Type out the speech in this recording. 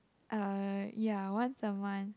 uh ya once a month